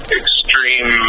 extreme